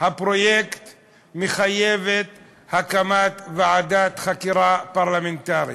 הפרויקט מחייבת הקמת ועדת חקירה פרלמנטרית.